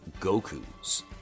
Gokus